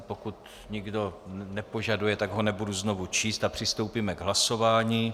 Pokud nikdo nepožaduje, tak ho nebudu znovu číst, a přistoupíme k hlasování.